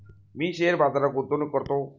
मी share बाजारात गुंतवणूक करतो